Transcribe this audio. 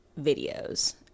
videos